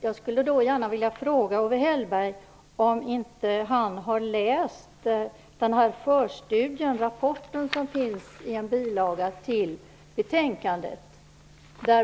Jag vill då gärna fråga Owe Hellberg om han inte har läst den rapport som finns i en bilaga till betänkandet.